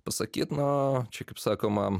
pasakyt na čia kaip sakoma